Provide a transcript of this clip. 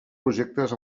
projectes